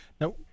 Now